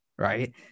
right